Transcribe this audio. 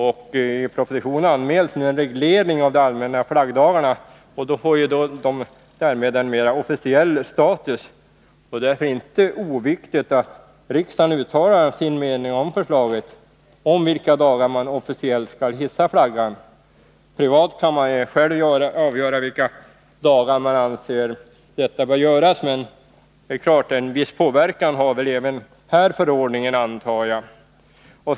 I propositionen anmäls en reglering av de allmänna flaggdagarna, vilka därmed får en mer officiell status. Därför är det inte oviktigt att riksdagen uttalar sin mening om förslaget vilka dagar man officiellt skall hissa flaggan. Privat kan man ju själv avgöra vilka dagar man anser att detta skall göras, men jag antar att förordningen även härvidlag har en viss påverkan.